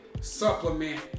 supplement